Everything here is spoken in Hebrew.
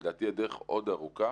לדעתי, הדרך עוד ארוכה.